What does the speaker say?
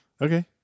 okay